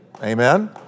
Amen